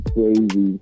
Crazy